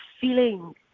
feeling